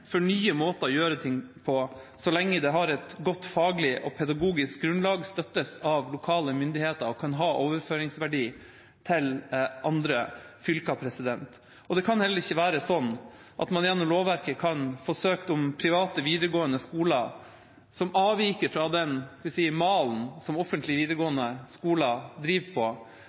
for nye måter å gjøre ting på, så lenge det har et godt faglig og pedagogisk grunnlag, støttes av lokale myndigheter og kan ha overføringsverdi til andre fylker. Det kan heller ikke være slik at man gjennom lovverket kan få søkt om private videregående skoler som avviker fra den – skal vi si – malen som offentlige videregående skoler driver på,